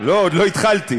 לא, עוד לא התחלתי.